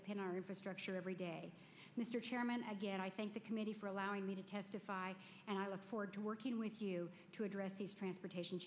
depend on our infrastructure every day mr chairman again i thank the committee for allowing me to testify and i look forward to working with you to address these transportation